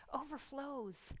overflows